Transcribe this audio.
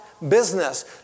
Business